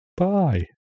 Bye